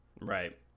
Right